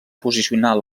posicionar